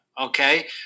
Okay